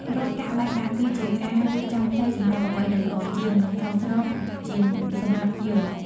រាល់ការបែកបាក់ គឺជាការរៀបចំផ្លូវសម្រាប់អ្វីដែលល្អជាង និងសមស្របជាងសម្រាប់យើង។